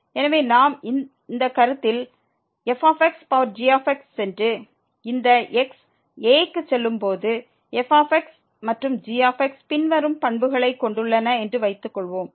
எனவே நாம் இந்த கருத்தில் fxg சென்று இந்த x a க்கு செல்லும் போது f மற்றும் g பின்வரும் பண்புகளைக் கொண்டுள்ளன என்று வைத்துக் கொள்வோம்